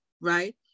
right